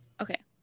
Okay